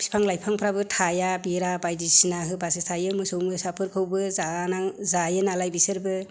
बिफां लाइफांफोराबो थाया बेरा बायदिसिना होबासो थायो मोसौ मोसाफोराबो जायो नालाय बिसोरबो